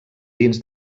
dins